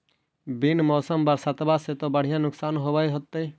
बिन मौसम बरसतबा से तो बढ़िया नुक्सान होब होतै?